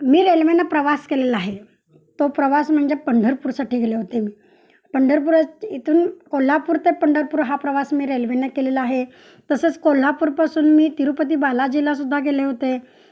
मी रेल्वेनं प्रवास केलेला आहे तो प्रवास म्हणजे पंढरपूरसाठी गेले होते मी पंढरपूर इथून कोल्हापूर ते पंढरपूर हा प्रवास मी रेल्वेने केलेला आहे तसंच कोल्हापूरपासून मी तिरुपती बालाजीला सुद्धा गेले होते